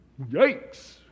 Yikes